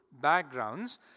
backgrounds